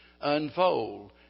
unfold